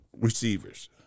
receivers